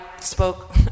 spoke